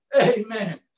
Amen